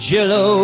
Jello